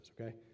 okay